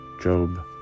Job